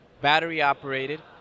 battery-operated